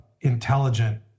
intelligent